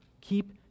Keep